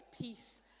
peace